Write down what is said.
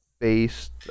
based